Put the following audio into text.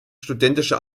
studentische